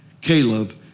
Caleb